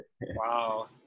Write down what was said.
Wow